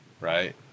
right